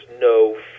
no